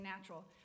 natural